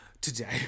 today